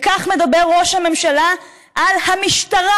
וכך מדבר ראש הממשלה על המשטרה.